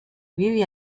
vive